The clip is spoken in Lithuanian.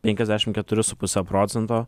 penkiasdešim keturi su puse procento